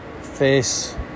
Face